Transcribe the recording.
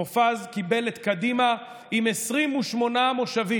מופז קיבל את קדימה עם 28 מושבים.